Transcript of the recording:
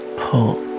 pull